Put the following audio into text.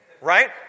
Right